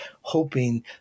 hoping